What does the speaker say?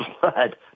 blood